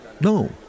No